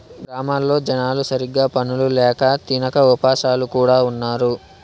గ్రామాల్లో జనాలు సరిగ్గా పనులు ల్యాక తినక ఉపాసాలు కూడా ఉన్నారు